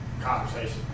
Conversation